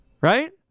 right